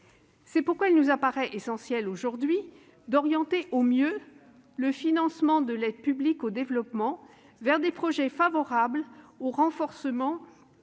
C'est pourquoi il nous paraît essentiel, aujourd'hui, d'orienter au mieux le financement de l'aide publique au développement vers des projets favorables au renforcement